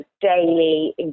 daily